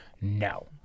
no